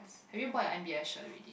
have you bought your M_B_S shirt already